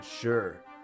sure